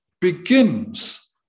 begins